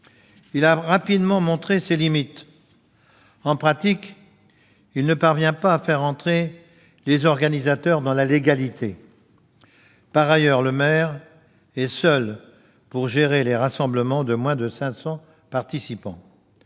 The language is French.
Il a rapidement montré ses limites : en pratique, il ne permet pas de faire entrer les organisateurs dans la légalité. Par ailleurs, le maire est seul pour gérer les rassemblements de moins de 500 participants.